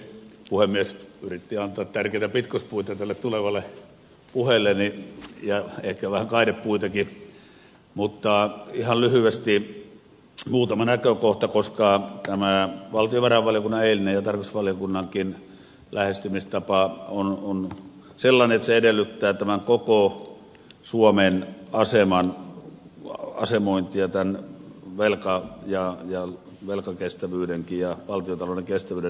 puhemies yritti antaa tärkeitä pitkospuita tälle tulevalle puheelleni ja ehkä vähän kaidepuitakin mutta ihan lyhyesti muutama näkökohta koska tämä valtiovarainvaliokunnan ja tarkastusvaliokunnankin eilinen lähestymistapa on sellainen että se edellyttää tämän koko suomen aseman asemointia tämän velan velkakestävyydenkin ja valtiontalouden kestävyyden näkökulmasta